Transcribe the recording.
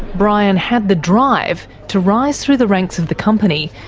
brian had the drive to rise through the ranks of the company,